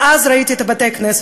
ואז ראיתי את בתי-הכנסת,